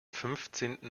fünfzehnten